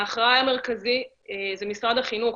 האחראי המרכזי הוא משרד החינוך,